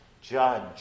judge